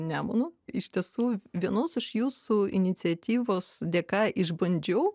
nemunu iš tiesų vienos iš jūsų iniciatyvos dėka išbandžiau